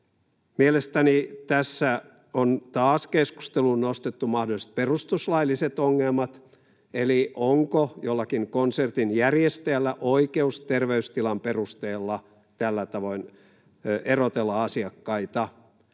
Mielestäni tässä on taas keskusteluun nostettu mahdolliset perustuslailliset ongelmat eli se, onko jollakin konsertin järjestäjällä oikeus terveydentilan perusteella tällä tavoin erotella asiakkaita.